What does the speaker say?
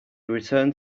returned